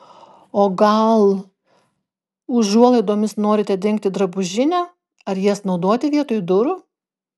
o gal užuolaidomis norite dengti drabužinę ar jas naudoti vietoj durų